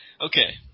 Okay